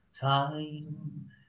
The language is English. time